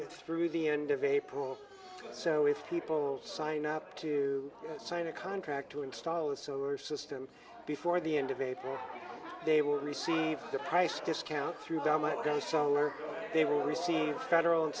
good through the end of april so if people sign up to sign a contract to install the sewer system before the end of april they will receive the price discount through the might go solar they will receive federal and